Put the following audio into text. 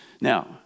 Now